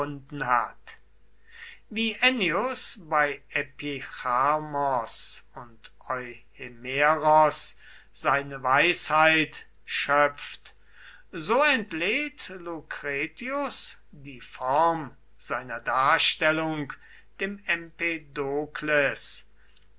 hat wie ennius bei epicharmos und euhemeros seine weisheit schöpft so entlehnt lucretius die form seiner darstellung dem